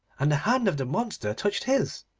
and the hand of the monster touched his,